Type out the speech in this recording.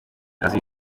azi